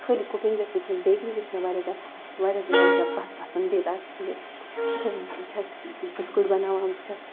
خٲلی کُکِنٛگ یوت نہٕ کینٛہہ بیکِنٛگ تہِ چھِ مےٚ واریاہ زیادٕ خۄش واریاہ زیادٕ واریاہ زیادٕ پَسنٛدیٖدہ چیٖز بہٕ چھَس بہٕ چھَس بِسکوٗٹ بناوان بہٕ چھَس